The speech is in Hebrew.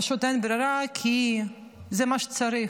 פשוט אין ברירה, כי זה מה שצריך,